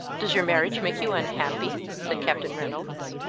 does your marriage make you unhappy? said captain reynolds.